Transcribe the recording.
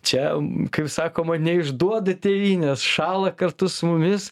čia kaip sakoma neišduoda tėvynės šąla kartu su mumis